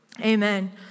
Amen